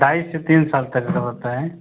ढाई से तीन साल तक अगर होता है